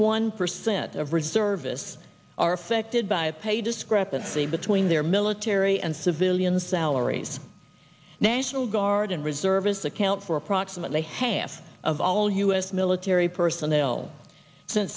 of reservists are affected by pay discrepancy between their military and civilian salaries national guard and reservists account for approximately half of all u s military personnel since